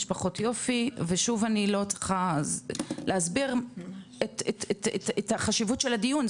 יש פחות יופי ושוב אני לא צריכה להסביר את החשיבות של הדיון,